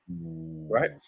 Right